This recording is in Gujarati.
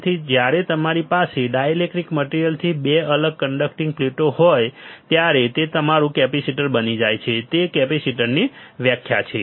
તેથી જ્યારે તમારી પાસે ડાઇલેક્ટ્રિક મટિરિયલથી અલગ 2 કન્ડક્ટિંગ પ્લેટ હોય ત્યારે તે તમારું કેપેસિટર બની જાય છે તે કેપેસિટરની વ્યાખ્યા છે